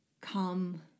come